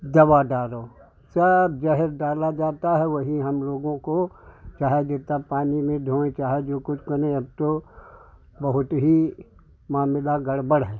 दवा डालो सब जहर डाला जाता है वही हमलोगों को चाहे जितना पानी में धोएँ चाहे जो कुछ करें अब तो बहुत ही मामला गड़बड़ है